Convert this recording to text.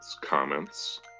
comments